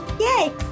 Yay